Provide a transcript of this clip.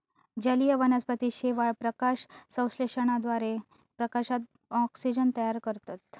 जलीय वनस्पती शेवाळ, प्रकाशसंश्लेषणाद्वारे प्रकाशात ऑक्सिजन तयार करतत